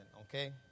Okay